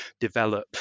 develop